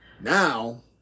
Now